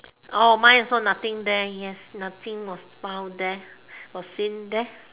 oh mine also nothing there yes nothing was found there or seen there